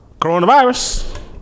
Coronavirus